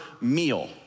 meal